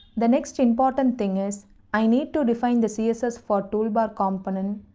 the next important thing is i need to define the css for toolbar component.